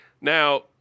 Now